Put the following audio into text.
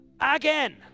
again